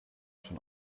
schon